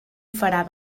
farà